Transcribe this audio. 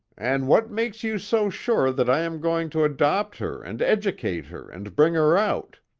and what makes you so sure that i am going to adopt her and educate her and bring her out?